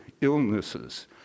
illnesses